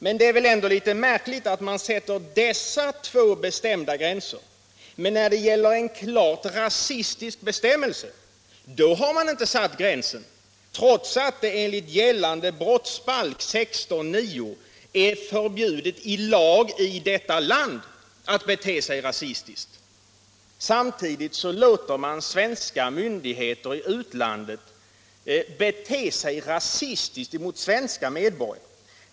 Men det är ändå litet märkligt att man sätter dessa två bestämda gränser och när det gäller en klart rasistisk bestämmelse inte har satt gränsen, trots att det enligt gällande brottsbalk 16:9 är förbjudet i vårt land att bete sig rasistiskt. Samtidigt låter man svenska myndigheter i utlandet bete sig rasistiskt mot svenska medborgare!